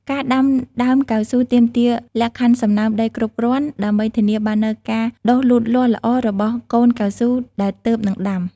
ការដាំដើមកៅស៊ូទាមទារលក្ខខណ្ឌសំណើមដីគ្រប់គ្រាន់ ដើម្បីធានាបាននូវការដុះលូតលាស់ល្អរបស់កូនកៅស៊ូដែលទើបនឹងដាំ។